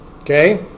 okay